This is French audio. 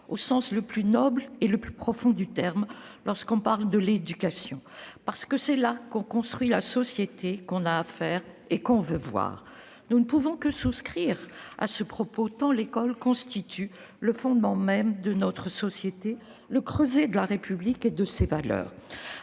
au sens le plus noble et le plus profond du terme, lorsqu'on parle [...] de l'éducation, parce que c'est là que l'on construit la société qu'on a à faire et qu'on veut voir ». Nous ne pouvons que souscrire à ce propos, tant l'école constitue le fondement même de notre société, le creuset de la République et de ses valeurs.